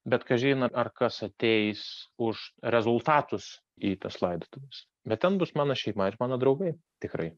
bet kažin ar ar kas ateis už rezultatus į tas laidotuves bet ten bus mano šeima ir mano draugai tikrai